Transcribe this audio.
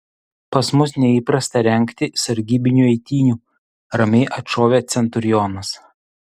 pas mus neįprasta rengti sargybinių eitynių ramiai atšovė centurionas